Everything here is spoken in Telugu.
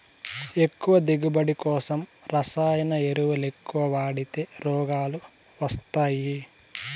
ఎక్కువ దిగువబడి కోసం రసాయన ఎరువులెక్కవ వాడితే రోగాలు వస్తయ్యి